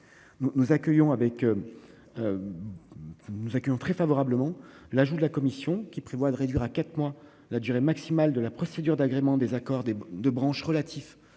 Nous accueillons très favorablement l'ajout de la commission, qui prévoit de réduire à quatre mois la durée maximale de la procédure d'agrément des accords de branches relatifs